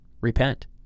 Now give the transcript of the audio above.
Repent